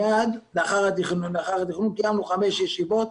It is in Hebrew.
מייד לאחר התכנון קיימנו חמש ישיבות,